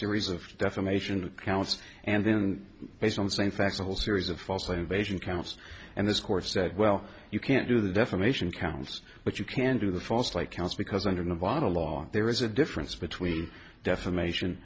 series of defamation counts and then based on the same facts a whole series of falsely invasion counts and this court said well you can't do the defamation counts but you can do the false light counts because under nevada law there is a difference between defamation